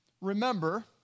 remember